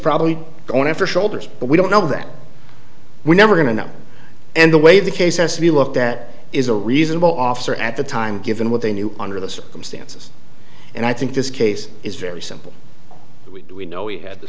probably going after shoulders but we don't know that we're never going to know and the way the case has to be looked at is a reasonable officer at the time given what they knew under the circumstances and i think this case is very simple that we do we know we had the